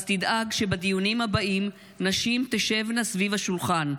אז תדאג שבדיונים הבאים נשים תשבנה סביב השולחן,